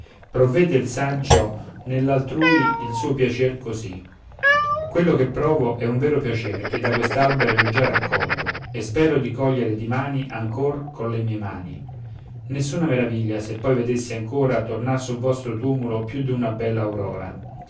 provvede il saggio nell'altrui il suo piacer così quello che provo è un vero piacer che da quest'albero io già raccolgo e spero di cogliere dimani ancor colle mie mani nessuna meraviglia se poi vedessi ancora tornar sul vostro tumulo più d'una bella aurora